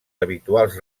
habituals